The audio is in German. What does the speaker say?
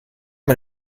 man